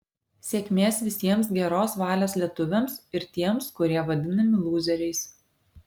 sėkmės visiems geros valios lietuviams ir tiems kurie vadinami lūzeriais